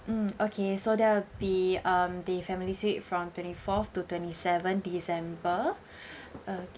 mm okay so that'll be um the family suite from twenty fourth to twenty seventh december oka~